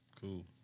cool